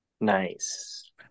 nice